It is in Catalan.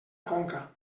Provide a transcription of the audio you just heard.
conca